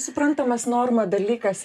suprantamas norma dalykas